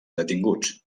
detinguts